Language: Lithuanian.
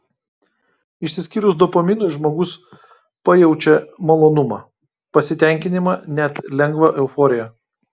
išsiskyrus dopaminui žmogus pajaučia malonumą pasitenkinimą net lengvą euforiją